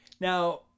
now